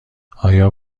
آیا